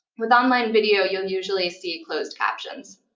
with online video, you'll usually see closed captions.